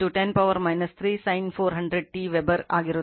25 10 power 3 sin 400 t weber ಆಗಿರುತ್ತದೆ